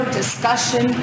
discussion